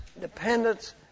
dependence